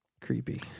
creepy